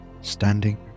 standing